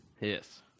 Yes